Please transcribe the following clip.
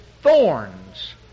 thorns